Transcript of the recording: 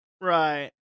Right